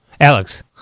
Alex